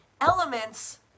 elements